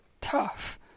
Tough